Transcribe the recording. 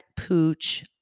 pooch